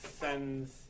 sends